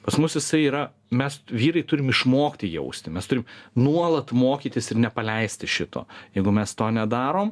pas mus jisai yra mes vyrai turim išmokti jausti mes turim nuolat mokytis ir nepaleisti šito jeigu mes to nedarom